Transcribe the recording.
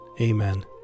Amen